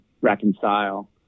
reconcile